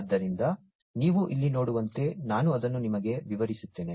ಆದ್ದರಿಂದ ನೀವು ಇಲ್ಲಿ ನೋಡುವಂತೆ ನಾನು ಅದನ್ನು ನಿಮಗೆ ವಿವರಿಸುತ್ತೇನೆ